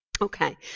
Okay